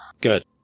Good